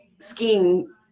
skiing